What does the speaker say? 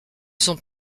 sont